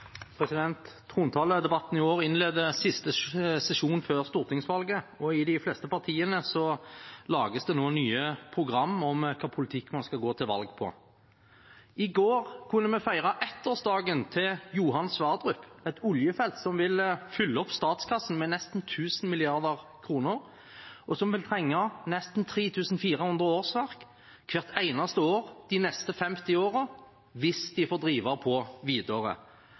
i år innleder siste sesjon før stortingsvalget, og i de fleste partiene lages det nå nye program om hvilken politikk man skal gå til valg på. I går kunne vi feire ettårsdagen til Johan Sverdrup-feltet, et oljefelt som vil fylle opp statskassen med nesten 1 000 mrd. kr, og som vil trenge nesten 3 400 årsverk hvert eneste år de neste femti årene, hvis de får drive på